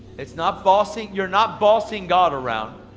it's not bossing, you're not bossing god around.